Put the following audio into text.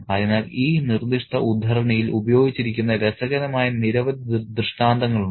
അതിനാൽ ഈ നിർദ്ദിഷ്ട ഉദ്ധരണിയിൽ ഉപയോഗിച്ചിരിക്കുന്ന രസകരമായ നിരവധി ദൃഷ്ടാന്തങ്ങൾ ഉണ്ട്